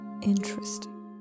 Interesting